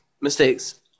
mistakes